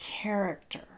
character